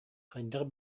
хайдах